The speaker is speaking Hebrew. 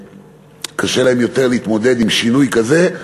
קשה להם יותר להתמודד עם שינוי כזה,